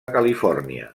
califòrnia